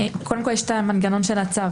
קודם כל יש את המנגנון של הצו.